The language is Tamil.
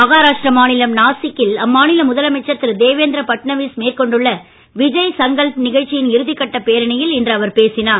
மகாராஷ்டிர மாநிலம் நாசிக்கில் அம்மாநில முதலமைச்சர் திரு தேவேந்திர பட்நவீஸ் மேற்கொண்டுள்ள விஜய் சங்கல்ப் நிகழ்ச்சியின் இறுதிக் கட்டப் பேரணியில் இன்று அவர் பேசினார்